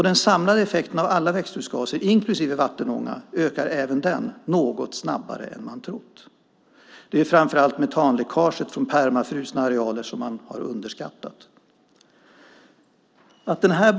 Den samlade effekten av alla växthusgaser, inklusive vattenånga, ökar även den något snabbare än man trott. Det är framför allt metanläckaget från permafrusna arealer som man har underskattat. Fru ålderspresident!